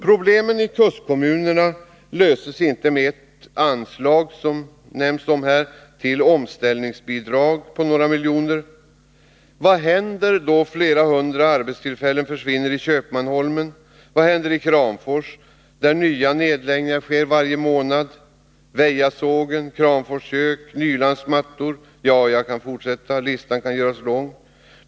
Problemen i kustkommunerna löses inte med ett anslag på några miljoner till omställningsbidrag, som det har varit tal om här. Vad händer då flera hundra arbetstillfällen försvinner i Köpmanholmen? Vad händer i Kramfors, där nya nedläggningar sker varje månad? Det gäller nedläggningar i Väjasågen, Kramfors Kök, Nylands Mattor — ja, listan skulle kunna göras lång.